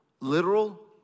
literal